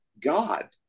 God